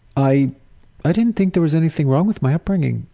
i i didn't think there was anything wrong with my upbringing,